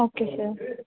okay sir